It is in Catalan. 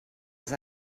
els